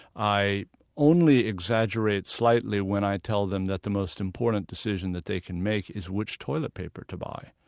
i only exaggerate slightly when i tell them that the most important decision that they can make is which toilet paper to buy.